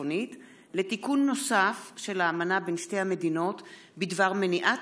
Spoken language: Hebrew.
הצפונית לתיקון נוסף של האמנה בין שתי המדינות בדבר מניעת